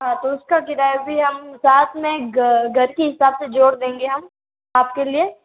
हाँ तो उसका किराया भी हम साथ में घर की हिसाब से जोड़ देंगे हम आपके लिए